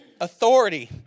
authority